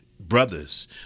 Brothers